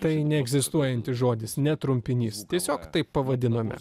tai neegzistuojantis žodis ne trumpinys tiesiog taip pavadinome